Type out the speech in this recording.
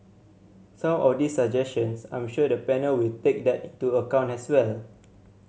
some of these suggestions I'm sure the panel will take that into account as well